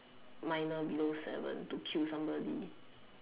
minor below seven to kill somebody